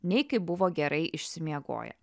nei kai buvo gerai išsimiegoję